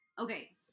okay